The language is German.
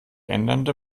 ändernde